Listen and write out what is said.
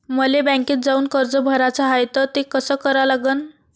मले बँकेत जाऊन कर्ज भराच हाय त ते कस करा लागन?